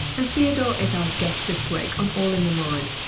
and theodore is our guest this week on all in the mind,